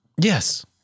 Yes